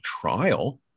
trial